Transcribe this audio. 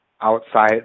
outside